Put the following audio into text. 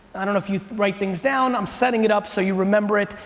i don't know if you write things down. i'm setting it up so you remember it.